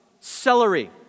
Celery